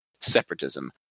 separatism